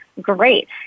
great